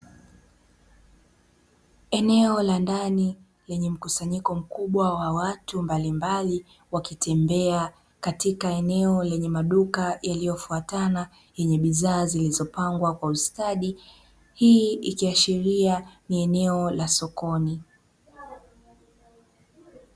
Eneo la ndani lenye mkusanyiko mkubwa wa watu mbalimbali, wakitembea katika eneo lenye maduka yaliyofatana yenye bidhaa zilizopangwa kwa ustadi. Hii ikiashiria ni eneo la sokoni.